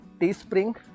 Teespring